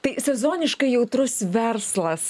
tai sezoniškai jautrus verslas